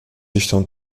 estão